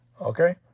Okay